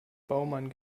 baumann